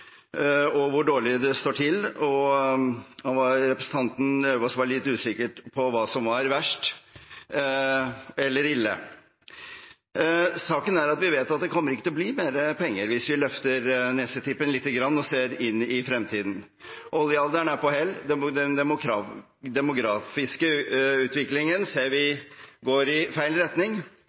og hvor dårlig det står til. Representanten Lauvås var litt usikker på hva som var verst eller ille. Saken er at vi vet at det ikke kommer til å bli mer penger, hvis vi løfter nesetippen litte grann og ser inn i fremtiden. Oljealderen er på hell, og den demografiske utviklingen ser vi går i feil retning.